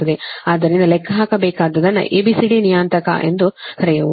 ಆದ್ದರಿಂದ ಲೆಕ್ಕ ಹಾಕಬೇಕಾದ್ದನ್ನು A B C D ನಿಯತಾಂಕ ಎಂದು ಕರೆಯುವುದು